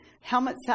Helmet